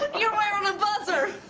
you're wearin' a buzzer!